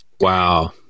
Wow